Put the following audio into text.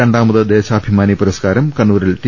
രണ്ടാമത് ദേശാഭിമാനി പുരസ്കാരം കണ്ണൂരിൽ ടി